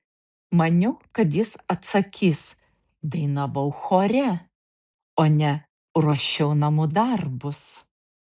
maniau kad jis atsakys dainavau chore o ne ruošiau namų darbus